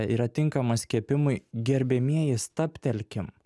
yra tinkamas kepimui gerbiamieji stabtelkim